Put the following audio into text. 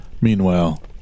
Meanwhile